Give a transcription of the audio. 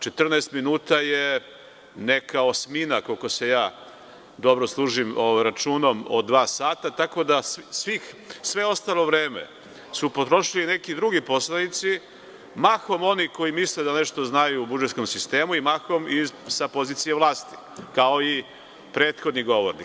Četrnaest minuta je neka osmina, koliko se ja dobro služim računom od dva sata, tako da sve ostalo vreme su potrošili neki drugi poslanici, mahom oni koji misle da nešto znaju o budžetskom sistemu i mahom sa pozicije vlasti, kao i prethodni govornik.